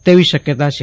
તેવી શક્યતા છે